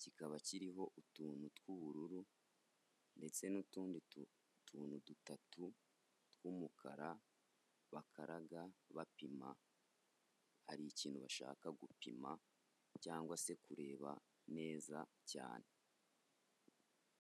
kikaba kiriho utuntu tw'ubururu, ndetse n'utundi tuntu dutatu tw'umukara, bakaraga bapima, ari ikintu bashaka gupima, cyangwa se kureba neza cyane.